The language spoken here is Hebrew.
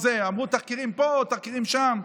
אמרו: תחקירים פה, תחקירים שם.